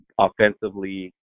offensively